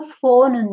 phone